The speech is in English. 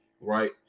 right